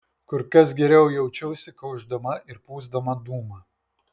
kur kas geriau jaučiausi kaušdama ir pūsdama dūmą